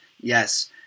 Yes